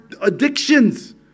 addictions